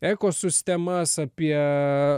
ekosistemas apie